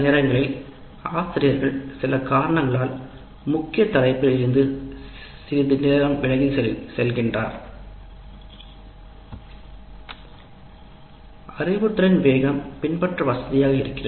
சில நேரங்களில் ஆசிரியர்கள் சில காரணங்களால் முக்கிய தலைப்பில் இருந்து சிறிது நேரம் விலகிச் செல்கின்றனர் அறிவுறுத்தலின் வேகம் பின்பற்ற வசதியாக இருக்கும்